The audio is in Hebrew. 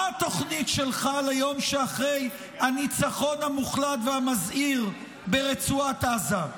מה התוכנית שלך ליום שאחרי הניצחון המוחלט והמזהיר ברצועת עזה?